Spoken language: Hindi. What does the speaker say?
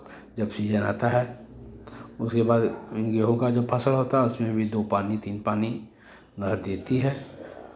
जब सीजन आता है उसके बाद गेहूँ का जो फसल होता है उसमें भी दो पानी तीन पानी नहर देती है